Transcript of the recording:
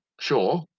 sure